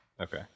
Okay